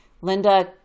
Linda